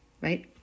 right